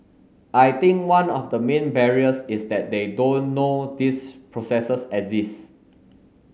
I think one of the main barriers is that they don't know these processes exist